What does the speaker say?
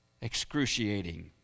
excruciating